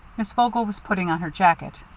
miss vogel was putting on her jacket.